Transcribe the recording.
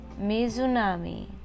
Mizunami